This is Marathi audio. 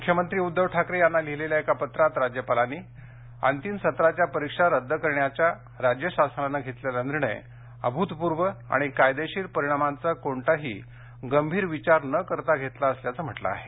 मुख्यमंत्री उद्धव ठाकरे यांना लिहिलेल्या एका पत्रात राज्यपालांनी अंतिम सत्राच्या परीक्षा रद्द करण्याचा राज्य शासनानं घेतलेला निर्णय अभूतपूर्व आणि कायदेशीर परिणामांचा कोणताही गंभीर विचार न करता घेतला असल्याचं म्हटलं आहे